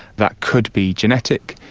that could be genetic,